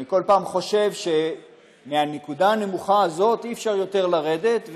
אני כל פעם חושב שמהנקודה הנמוכה הזאת אי-אפשר יותר לרדת,